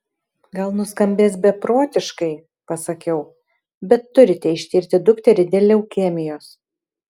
gal nuskambės beprotiškai pasakiau bet turite ištirti dukterį dėl leukemijos